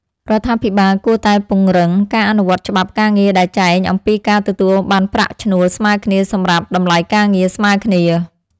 រដ្ឋាភិបាលគួរតែពង្រឹងការអនុវត្តច្បាប់ការងារដែលចែងអំពីការទទួលបានប្រាក់ឈ្នួលស្មើគ្នាសម្រាប់តម្លៃការងារស្មើគ្នា។